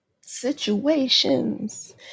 situations